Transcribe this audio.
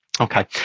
Okay